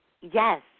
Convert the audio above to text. Yes